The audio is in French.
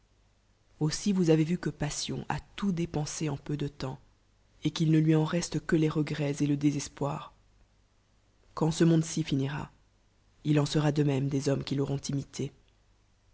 aussi vous avez vu que pas sion a tout dépensé en peu de temps et q il ne lui en reste que les re ret et le dé cspoir quand ce monde c mira il en sera de même des halo mes qui l'auront imilé